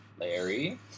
Larry